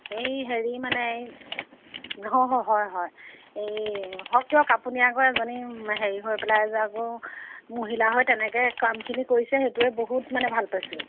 এই হেৰি মানে হয় হয় এই হওক দিয়ক আপুনি আকৌ এজনী হেৰি হৈ পেলাই যে আকৌ মহিলা হৈ তেনেকৈ কামখিনি কৰিছে সেইটোৱে বহুত মানে ভাল পাইছোঁ